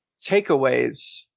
takeaways